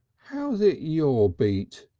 how's it your beat?